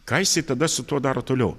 ką jisai tada su tuo daro toliau